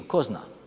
Tko zna.